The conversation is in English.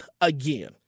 again